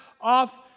off